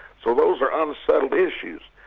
so those are unsettled issues.